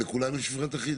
בכולם יש מפרט אחיד?